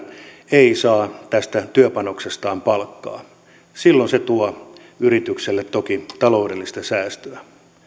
ei saa tästä työpanoksestaan palkkaa ja silloin se tuo yritykselle toki taloudellista säästöä